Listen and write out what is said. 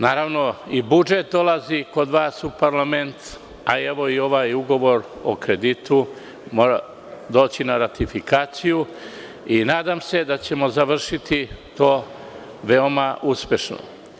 Naravno i budžet dolazi kod vas u parlament, a evo i ovaj ugovor o kreditu će doći na ratifikaciju i nadam se da ćemo završiti to veoma uspešno.